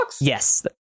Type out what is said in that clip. yes